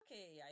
Okay